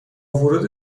ورود